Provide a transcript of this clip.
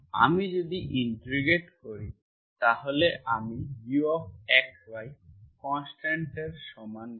আমি যদি ইন্টিগ্রেট করি তাহলে আমি uxyকনস্ট্যান্টের সমান পাই